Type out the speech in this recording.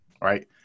right